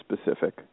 specific